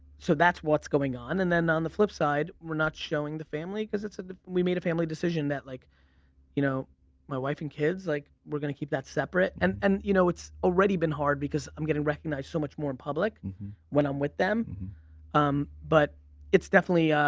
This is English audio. so that's what's going on and then on the flip side we're not showing the family because we made a family decision that like you know my wife and kids like we're gonna keep that separate and and you know it's already been hard because i'm getting recognized so much more in public when i'm with them um but it's definitely.